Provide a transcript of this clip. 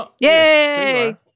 Yay